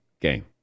game